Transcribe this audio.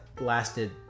lasted